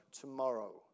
tomorrow